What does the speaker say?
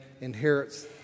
inherits